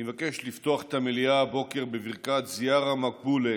אני מבקש לפתוח את ישיבת המליאה הבוקר בברכת זיארה מקבולה